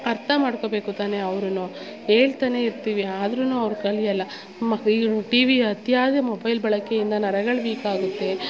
ಅರ್ಥ ಮಾಡ್ಕೋಬೇಕು ತಾನೆ ಅವ್ರೂ ಹೇಳ್ತನೆ ಇರ್ತೀವಿ ಆದ್ರೂ ಅವರು ಕಲಿಯೋಲ್ಲ ಮತ್ತು ಈಗಿನ ಟಿವಿ ಅತಿಯಾಗಿ ಮೊಬೈಲ್ ಬಳಕೆಯಿಂದ ನರಗಳು ವೀಕ್ ಆಗುತ್ತೆ